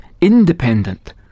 independent